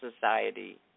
Society